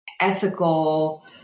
ethical